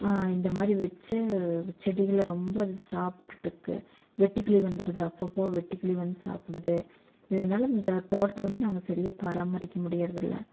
இந்த மாதிரி வச்ச செடிகளை ரொம்ப சாப்பிட்டுட்டு இருக்குது வெட்டுக்கிளி வந்துருது அப்போப்போ வெட்டுக்கிளி வந்து சாப்பிடுது இதனால இந்த தோட்டத்தை வந்து நாங்கள் சரியாக பராமரிக்க முடிகிறது இல்லை